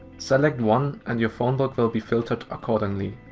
select one and your phonebook will be filtered accordingly.